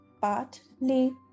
partly